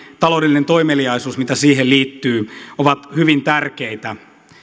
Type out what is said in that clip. taloudellinen toimeliaisuus mitä siihen liittyy ovat hyvin tärkeitä